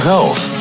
Health